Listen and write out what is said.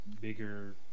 bigger